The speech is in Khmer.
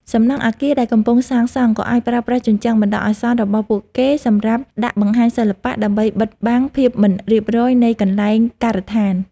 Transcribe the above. សំណង់អគារដែលកំពុងសាងសង់ ក៏អាចប្រើប្រាស់ជញ្ជាំងបណ្ដោះអាសន្នរបស់ពួកគេសម្រាប់ដាក់បង្ហាញសិល្បៈ ដើម្បីបិទបាំងភាពមិនរៀបរយនៃកន្លែងការដ្ឋាន។